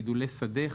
גידולי שדה,